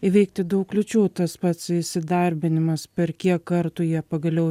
įveikti daug kliūčių tas pats įsidarbinimas per kiek kartų jie pagaliau